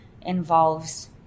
involves